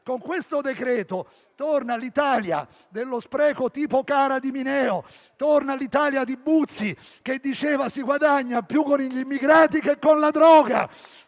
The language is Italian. Con questo decreto torna l'Italia dello spreco tipo CARA di Mineo; torna l'Italia di Buzzi, che diceva che si guadagna più con gli immigrati che con la droga.